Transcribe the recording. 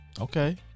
Okay